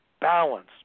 balance